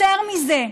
יותר מזה,